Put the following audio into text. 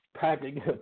packing